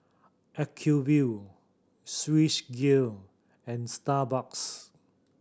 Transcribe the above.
Acuvue Swissgear and Starbucks